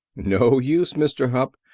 no use, mr. hupp.